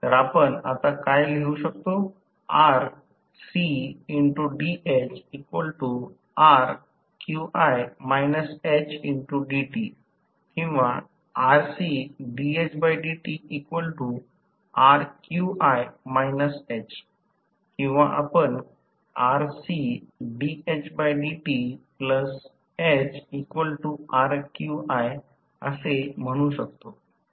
तर आपण आता काय लिहू शकतो किंवा आपण असे म्हणू शकतो